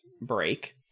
break